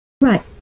Right